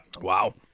wow